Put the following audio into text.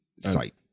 site